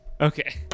Okay